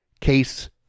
case